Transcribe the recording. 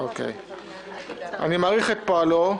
אני מעריך את פועלו,